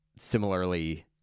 similarly